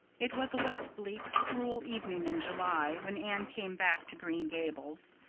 it was a wet, bleak, cruel evening in july when anne came back to green gables.